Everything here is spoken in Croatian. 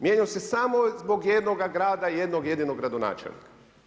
Mijenjao se samo zbog jednoga grada i jednog jedinog gradonačelnika.